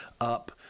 up